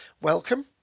welcome